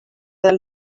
del